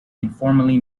informally